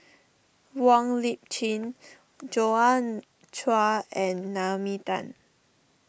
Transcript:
Wong Lip Chin Joi Chua and Naomi Tan